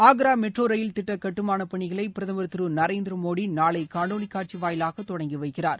Agra metro rail திட்ட கட்டுமான பணிகளை பிரதமர் திரு நரேந்திர மோடி நாளை காணொலி காட்சி வாயிலாக தொடங்கி வைக்கிறார்